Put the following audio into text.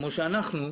כמו שאנחנו,